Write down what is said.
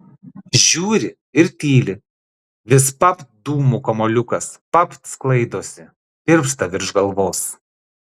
žiūri ir tyli vis papt dūmų kamuoliukas papt sklaidosi tirpsta virš galvos